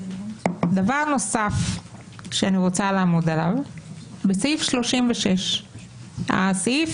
דבר נוסף שאני רוצה לעמוד עליו זה סעיף 36. הסעיף